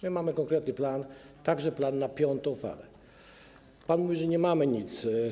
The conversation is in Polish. My mamy konkretny plan, także plan na piątą falę, a pan mówi, że nie mamy nic.